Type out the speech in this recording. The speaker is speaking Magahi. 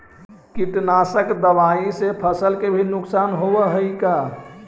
कीटनाशक दबाइ से फसल के भी नुकसान होब हई का?